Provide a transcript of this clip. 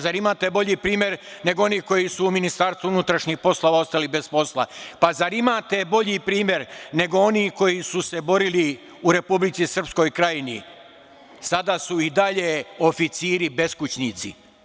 Zar imate bolji primer nego onih koji su u Ministarstvu unutrašnjih poslova ostali bez posla, pa zar imate bolji primer nego oni koji su se borili u Republici Srpskoj Krajini, sada su i dalje oficiri beskućnici.